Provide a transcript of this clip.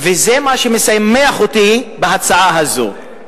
וזה מה שמשמח אותי בהצעה הזו.